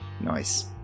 Nice